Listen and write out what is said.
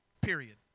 Period